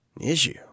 Issue